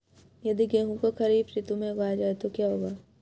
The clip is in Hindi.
यदि गेहूँ को खरीफ ऋतु में उगाया जाए तो क्या होगा?